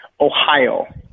Ohio